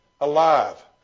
alive